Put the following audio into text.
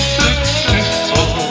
successful